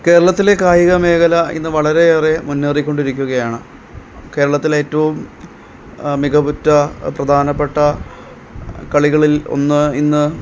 കേരളത്തിലെ കായിക മേഖല ഇന്ന് വളരെയേറെ മുന്നേറി കൊണ്ടിരിക്കുകയാണ് കേരളത്തിലെ ഏറ്റവും മികവുറ്റ പ്രധാനപ്പെട്ട കളികളിൽ ഒന്ന് ഇന്ന്